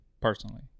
personally